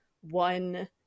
one